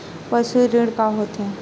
पशु ऋण का होथे?